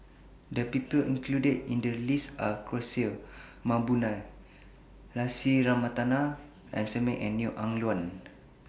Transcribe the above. The People included in The list Are Kishore Mahbubani Lucy Ratnammah Samuel and Neo Ah Luan